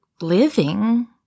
living